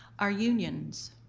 are unions.